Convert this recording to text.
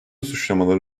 suçlamaları